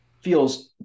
feels